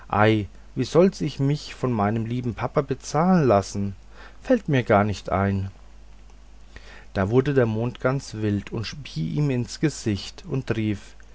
wie sollte ich mich von meinem lieben papa bezahlen lassen fällt mir gar nicht ein da wurde der mond ganz wild spie ihm ins gesicht und rief